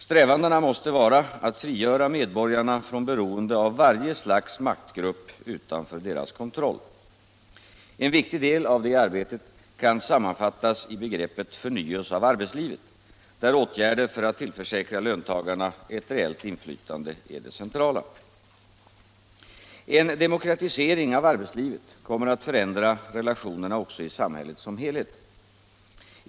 Strävan måste vara att frigöra medborgarna från beroende av varje slags maktgrupp utanför deras kontroll. En viktig del av detta arbete kan sammanfattas i begreppet förnyelse av arbetslivet, där åtgärder för att tillförsäkra löntagarna ett reellt inflytande är det centrala. 171 En demokratisering av arbetslivet kommer att förändra relationerna också i samhället som helhet.